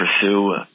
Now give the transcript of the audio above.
pursue